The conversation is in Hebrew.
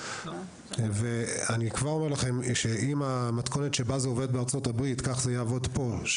אם המתכונת שבה זה עובד בארצות-הברית תעבוד פה,